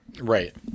Right